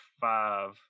five